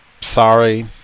sorry